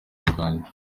bwanjye